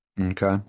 Okay